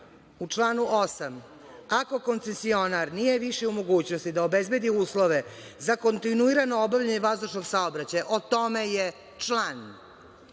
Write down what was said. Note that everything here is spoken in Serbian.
u članu 8 – ako koncesionar nije više u mogućnosti da obezbedi uslove za kontinuirano obavljanje vazdušnog saobraćaja, o tome je član,